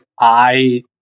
I-